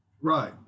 Right